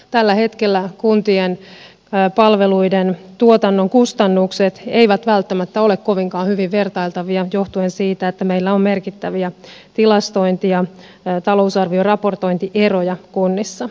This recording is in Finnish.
tällä hetkellä kuntien palveluiden tuotannon kustannukset eivät välttämättä ole kovinkaan hyvin vertailtavia johtuen siitä että meillä on merkittäviä tilastointi ja talousarvioraportointieroja kunnissa